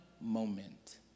moment